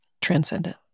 transcendent